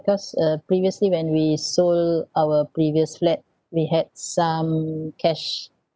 cause uh previously when we sold our previous flat we had some cash